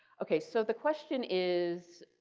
okay. so, the question is,